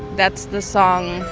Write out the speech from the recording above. that's the song